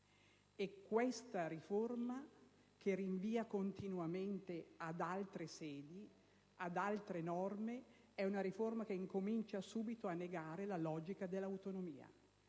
e questa riforma, che rinvia continuamente ad altre sedi, ad altre norme, comincia subito con il negare la logica dell'autonomia.